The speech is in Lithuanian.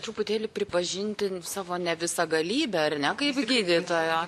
truputėlį pripažinti savo ne visą galybę ar ne kaip gydytojo